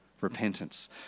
repentance